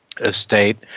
Estate